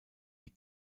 wie